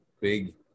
big